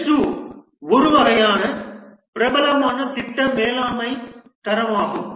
PRINCE2 ஒரு பிரபலமான திட்ட மேலாண்மை தரமாகும்